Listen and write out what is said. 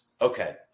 Okay